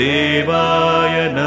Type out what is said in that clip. Devaya